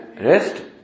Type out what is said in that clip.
rest